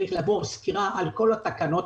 צריך לעבור סקירה על כל התקנות.